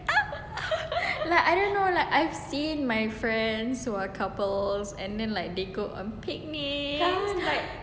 like like I don't know like I had seen my friends who are couple and then go a picnics